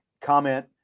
comment